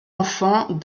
enfant